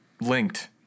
linked